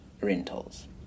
rentals